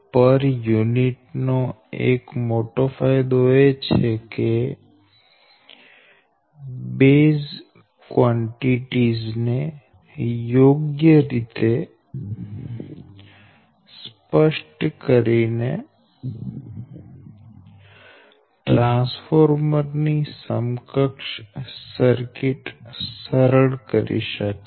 પર યુનિટ નો એક મોટો ફાયદો એ છે કે બેઝ કવાંટીટીઝ ને યોગ્ય રીતે સ્પષ્ટ કરીને ટ્રાન્સફોર્મર ની સમકક્ષ સર્કિટ સરળ કરી શકાય